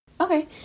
Okay